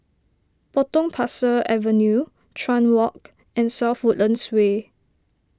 Potong Pasir Avenue Chuan Walk and South Woodlands Way